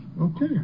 Okay